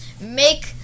make